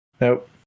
Nope